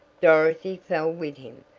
dorothy fell with him,